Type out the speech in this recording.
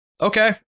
Okay